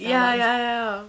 ya ya ya